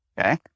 Okay